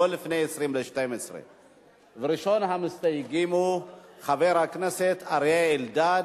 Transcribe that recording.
לא לפני 23:40. ראשון המסתייגים הוא חבר הכנסת אריה אלדד.